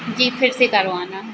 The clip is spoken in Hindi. जी फिर से करवाना है